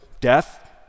Death